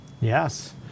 Yes